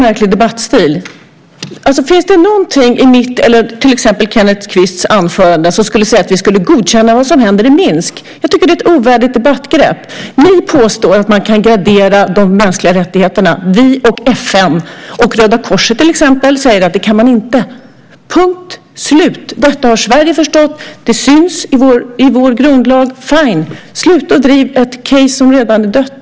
Fru talman! Jag tycker att du har en märklig debattstil. Finns det någonting i mitt eller i till exempel Kenneth Kvists anförande som säger att vi godkänner vad som händer i Minsk? Jag tycker att det där är ett ovärdigt debattgrepp. Ni påstår att man kan gradera de mänskliga rättigheterna. Vi, FN och Röda Korset till exempel säger att man inte kan göra det - punkt slut! Detta har Sverige förstått. Det syns i vår grundlag - fine ! Sluta med att driva ett case som redan är dött!